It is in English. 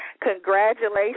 congratulations